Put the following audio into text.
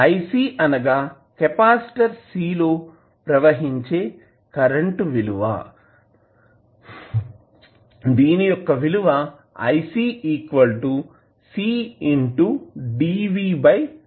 IC అనగా capacitor C లో ప్రవహించే కరెంటు దీని విలువ IC C dv dt